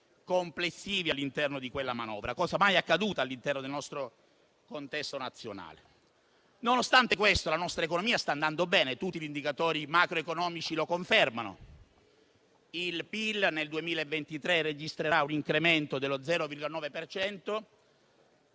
complessivi, cosa mai accaduta all'interno del nostro contesto nazionale. Nonostante questo, la nostra economia sta andando bene e tutti gli indicatori macroeconomici lo confermano: il PIL nel 2023 registrerà un incremento dello 0,9